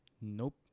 Nope